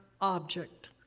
object